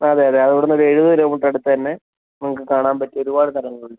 അതെ അതെ അവിടുന്നൊരു എഴുപത് കിലോമീറ്റർ അടുത്ത് തന്നെ നമുക്ക് കാണാൻ പറ്റിയ ഒരുപാട് സ്ഥലങ്ങളുണ്ട്